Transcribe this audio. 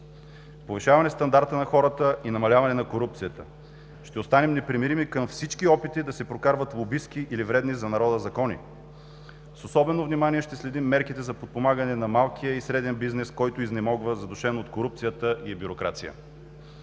повишаване стандарта на хората и намаляване на корупцията. Ще останем непримирими към всички опити да се прокарват лобистки или вредни за народа закони. С особено внимание ще следим мерките за подпомагане на малкия и среден бизнес, който изнемогва, задушен от корупция и бюрокрация.